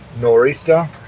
nor'easter